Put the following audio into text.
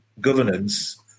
governance